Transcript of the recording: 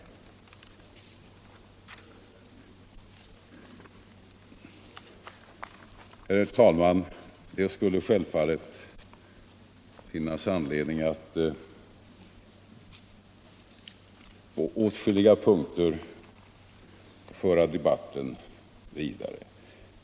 Herr talman! Det skulle självfallet finnas anledning att på åtskilliga punkter föra debatten vidare.